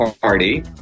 party